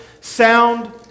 sound